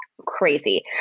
crazy